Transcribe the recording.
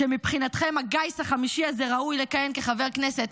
שמבחינתכם הגיס החמישי הזה ראוי לכהן כחבר כנסת,